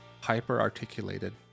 hyper-articulated